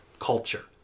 culture